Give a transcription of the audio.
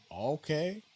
Okay